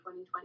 2020